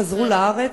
וחזר לארץ.